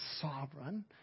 sovereign